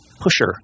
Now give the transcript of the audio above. pusher